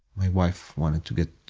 my wife wanted to get